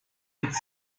its